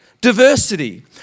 diversity